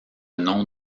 nom